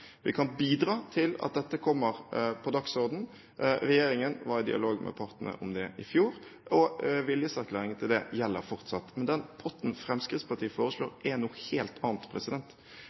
Vi kan bidra til at dette kommer på dagsordenen. Regjeringen var i dialog med partene om det i fjor, og viljeserklæringen til det gjelder fortsatt. Men den potten Fremskrittspartiet foreslår, er noe helt annet.